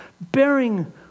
bearing